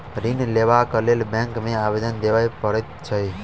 ऋण लेबाक लेल बैंक मे आवेदन देबय पड़ैत छै